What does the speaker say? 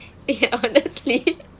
ya honestly